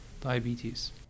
diabetes